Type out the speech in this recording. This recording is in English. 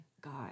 God